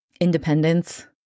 independence